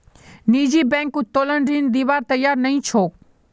निजी बैंक उत्तोलन ऋण दिबार तैयार नइ छेक